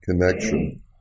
connection